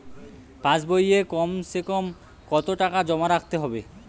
পাশ বইয়ে কমসেকম কত টাকা জমা রাখতে হবে?